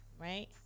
Right